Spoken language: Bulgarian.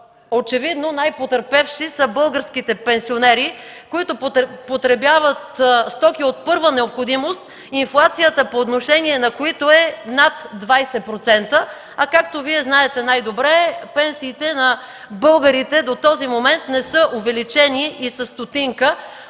очевидно най-потърпевши са българските пенсионери, които потребяват стоки от първа необходимост, инфлацията по отношение на които е над 20%. Както Вие знаете най-добре, пенсиите на българите до този момент не са увеличени и със стотинка.